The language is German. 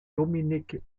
dominik